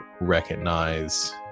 recognize